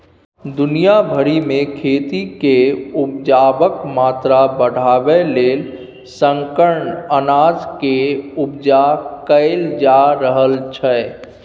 दुनिया भरि मे खेती केर उपजाक मात्रा बढ़ाबय लेल संकर अनाज केर उपजा कएल जा रहल छै